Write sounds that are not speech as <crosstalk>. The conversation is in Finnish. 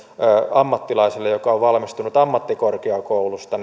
ammattilaiselle joka on valmistunut ammattikorkeakoulusta <unintelligible>